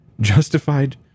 Justified